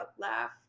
Laugh